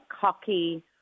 cocky